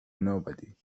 nobody